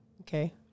Okay